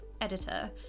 editor